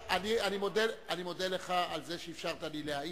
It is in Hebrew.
אני מודה לך על זה שאפשרת לי להעיר,